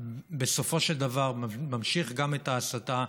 שבסופו של דבר ממשיך גם את ההסתה.